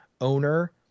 owner